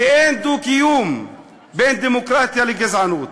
כי אין דו-קיום בין דמוקרטיה לגזענות.